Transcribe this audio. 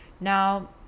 now